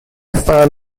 fan